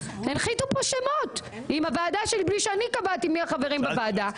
הנחיתו פה שמות עם ועדה בלי שאני קבעתי מי החברים בוועדה.